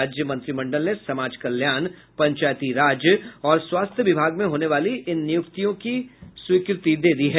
राज्य मंत्रिमंडल ने समाज कल्याण पंचायती राज और स्वास्थ्य विभाग में होने वाली इन नियुक्तियों की स्वीकृति दे दी है